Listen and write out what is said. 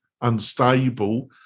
unstable